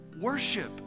Worship